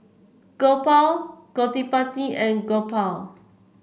Gopal Gottipati and Gopal